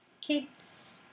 kids